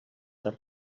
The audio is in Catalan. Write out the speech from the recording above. que